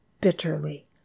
bitterly